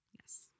Yes